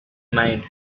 mind